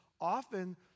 Often